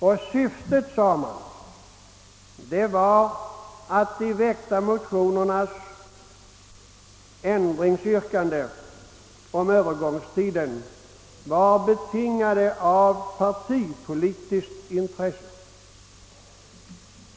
Och syftet var, sade man, att motionernas ändringsyrkande rörande övergångstiden var partipolitiskt betingat.